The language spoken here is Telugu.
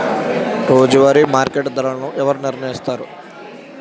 రోజువారి మార్కెట్ ధరలను ఎవరు నిర్ణయిస్తారు?